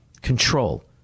Control